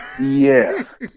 Yes